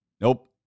nope